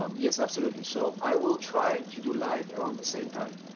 um yes, absolutely. so, i will try to do live around the same time.